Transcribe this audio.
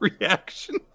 reaction